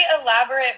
elaborate